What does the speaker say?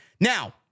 Now